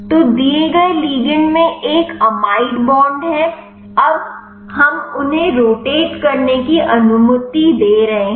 तो दिए गए लिगैंड में एक एमाइड बॉन्ड है अब हम उन्हें रोटेट करने की अनुमति दे रहे हैं